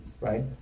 right